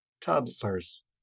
toddlers